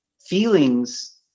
feelings